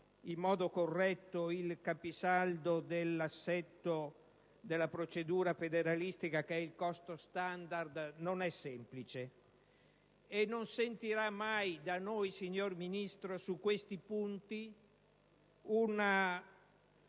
in modo corretto il caposaldo dell'assetto della procedura federalistica, che è il costo *standard*, non è semplice. Signor Ministro, da noi non sentirà mai su questi punti una